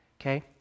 Okay